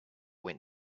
went